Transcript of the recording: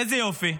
איזה יופי.